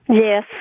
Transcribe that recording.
Yes